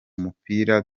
mupira